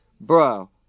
Bro